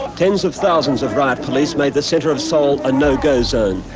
tens of thousands of riot police made the centre of seoul a no-go zone,